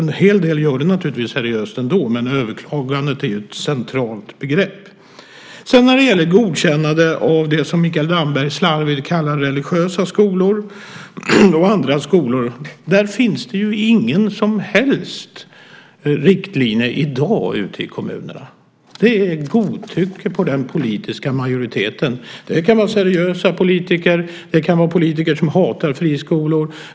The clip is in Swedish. En hel del gör det naturligtvis seriöst ändå, men överklagandet är ett centralt begrepp. När det sedan gäller godkännandet av det som Mikael Damberg slarvigt kallar religiösa skolor och andra skolor finns det inga som helst riktlinjer i dag ute i kommunerna. Det handlar om godtycke hos den politiska majoriteten. Det kan vara seriösa politiker. Det kan vara politiker som hatar friskolor.